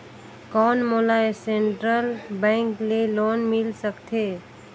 कौन मोला Central Bank ले लोन मिल सकथे?